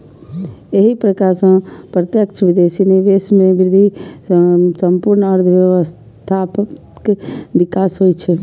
एहि प्रकार सं प्रत्यक्ष विदेशी निवेश मे वृद्धि सं संपूर्ण अर्थव्यवस्थाक विकास होइ छै